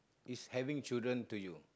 is having children to you